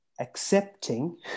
accepting